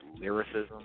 lyricism